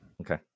Okay